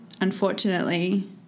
unfortunately